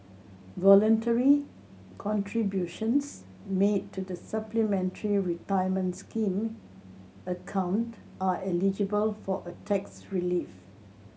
voluntary contributions made to the Supplementary Retirement Scheme account are eligible for a tax relief